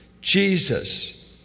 Jesus